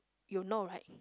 you know right